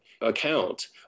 account